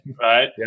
right